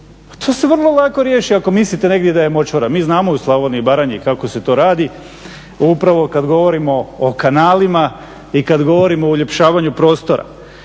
to se vrlo lako riješi ako mislite negdje da je močvara, mi znamo u Slavoniji i Baranji kako se to radi, upravo kada govorimo o kanalima i kada govorimo o uljepšavanju prostora,